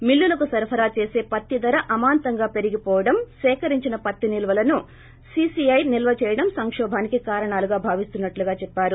మిల్లులుకు సరఫరా చేస పత్తి ధర అమాంతంగా పెరిగివోవడం సేకరించిన పత్తి నిల్వలను సీసీఐ నిల్వచేయడం సంకోభంకి కారణాలుగా భావిస్తున్నట్లు చెప్పారు